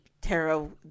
tarot